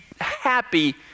happy